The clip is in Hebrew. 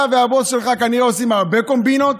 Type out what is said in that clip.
אתה והבוס שלך עושים כנראה הרבה קומבינות,